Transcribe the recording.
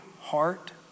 heart